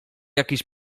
jakiś